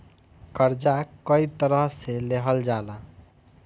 कर्जा कई तरह से लेहल जाला